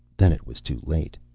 then it was too late.